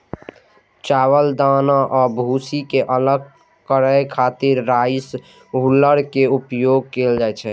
चावलक दाना आ भूसी कें अलग करै खातिर राइस हुल्लर के उपयोग कैल जाइ छै